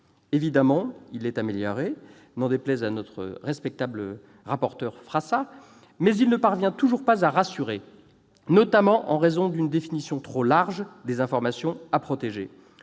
a, certes, été amélioré- n'en déplaise à notre respectable rapporteur Christophe-André Frassa -, mais il ne parvient toujours pas à rassurer, notamment en raison d'une définition trop large des informations à protéger.